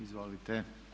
Izvolite.